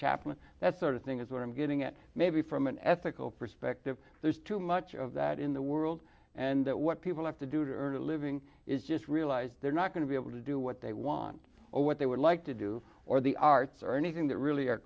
chapman that sort of thing is what i'm getting at maybe from an ethical perspective there's too much of that in the world and that what people have to do to earn a living is just realize they're not going to be able to do what they want or what they would like to do or the arts or anything that really are